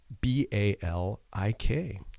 B-A-L-I-K